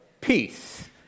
Peace